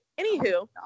anywho